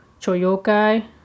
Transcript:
Choyokai